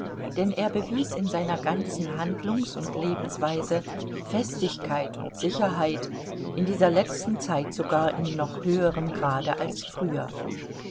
denn er bewies in seiner ganzen handlungs und lebensweise festigkeit und sicherheit in dieser letzten zeit sogar in noch höherem grade als früher